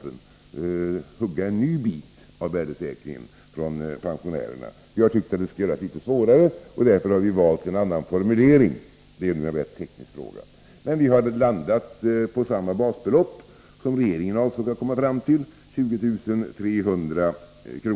kunna hugga en ny bit av värdesäkring från pensionärerna, helt enkelt genom att hänvisa till ett datum i lagparagrafen. Vi tycker att det borde vara litet svårare, och därför har vi valt en annan formulering. Med det är ju en rent teknisk fråga. Vi har landat på samma basbelopp som regeringen, 20 300 kr.